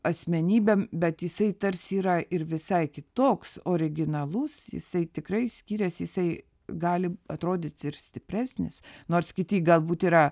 asmenybėm bet jisai tarsi yra ir visai kitoks originalus jisai tikrai skiriasi jisai gali atrodyti ir stipresnis nors kiti galbūt yra